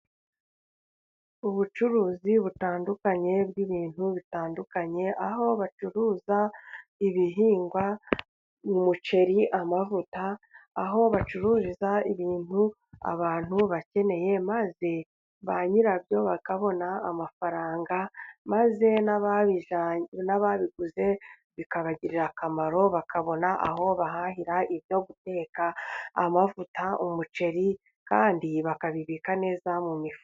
Ubucuruzi butandukanye bw'ibintu bitandukanye，aho bacuruza ibihingwa， umuceri，amavuta， aho bacururiza ibintu abantu bakeneye， maze ba nyirabyo bakabona amafaranga， maze n'ababiguze bikabagirira akamaro，bakabona aho bahahira ibyo guteka， amavuta， umuceri，kandi bakabibika neza mu mifuka.